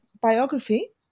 biography